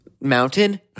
Mountain